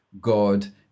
God